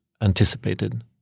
anticipated